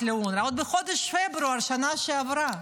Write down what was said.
לאונר"א עוד בחודש פברואר בשנה שעברה.